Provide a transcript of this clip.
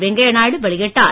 வெங்கைய நாயுடு வெளியிட்டார்